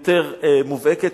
יותר מובהקת,